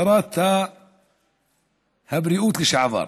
שרת הבריאות לשעבר,